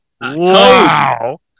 Wow